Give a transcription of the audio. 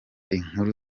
inkuru